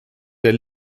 der